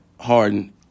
Harden